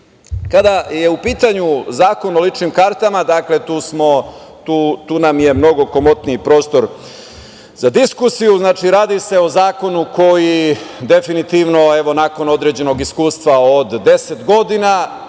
je u pitanju Zakon o ličnim kartama, tu nam je mnogo komotniji prostor za diskusiju. Znači, radi se o zakonu koji definitivno, evo, nakon određenog iskustva od 10 godina,